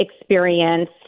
experience